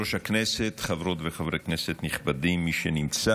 אני מזמין את ידידי חבר הכנסת מאיר כהן לנמק את